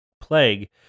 Plague